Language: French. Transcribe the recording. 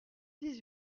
dix